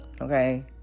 Okay